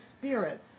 spirits